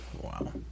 Wow